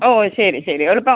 ഓ ശരി ശരി എളുപ്പം